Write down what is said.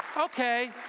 okay